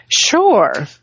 Sure